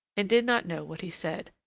and did not know what he said.